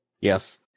yes